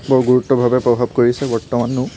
বৰ গুৰুত্বভাৱে প্ৰভাৱিত কৰিছে বৰ্তমানো